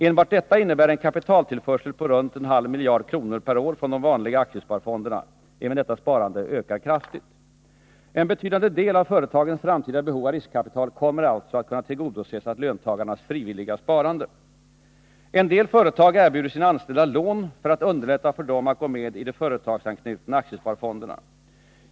Enbart detta innebär en kapitaltillförsel på runt en halv miljard kronor per år från de vanliga aktiesparfonderna. Även detta sparande ökar kraftigt. En betydande del av företagens framtida behov av riskkapital kommer alltså att kunna tillgodoses av löntagarnas frivilliga sparande. En del företag erbjuder sina anställda lån för att underlätta för dem att gå med i de företagsanknutna aktiesparfonderna.